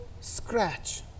scratch